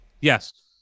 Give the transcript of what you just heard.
Yes